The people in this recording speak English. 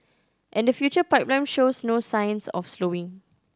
and the future pipeline shows no signs of slowing